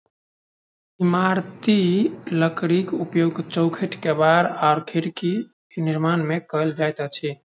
इमारती लकड़ीक उपयोग चौखैट, केबाड़ आ खिड़कीक निर्माण मे कयल जाइत अछि